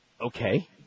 Okay